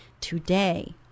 today